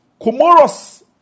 Comoros